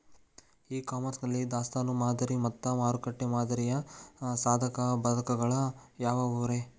E commerce ನಲ್ಲಿ ದಾಸ್ತಾನು ಮಾದರಿ ಮತ್ತ ಮಾರುಕಟ್ಟೆ ಮಾದರಿಯ ಸಾಧಕ ಬಾಧಕಗಳ ಯಾವವುರೇ?